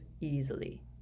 easily